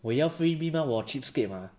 我要 freebie mah 我 cheapskate mah